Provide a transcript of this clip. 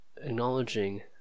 acknowledging